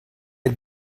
had